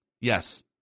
Yes